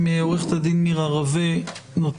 בפתח הדברים אני רוצה לציין, שלא